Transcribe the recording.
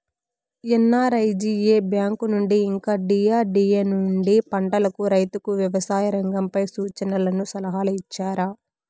NREGA bank నుండి ఇంకా DRDA నుండి పంటలకు రైతుకు వ్యవసాయ రంగంపై సూచనలను సలహాలు ఇచ్చారా